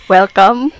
Welcome